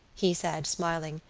he said, smiling,